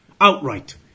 outright